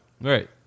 Right